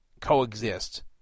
Coexist